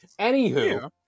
Anywho